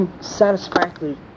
satisfactorily